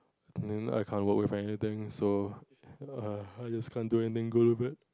then I can't work with anything so err I just can't do anything good with it